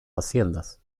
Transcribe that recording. haciendas